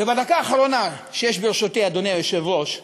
ובדקה אחרונה שיש ברשותי, אדוני היושב-ראש,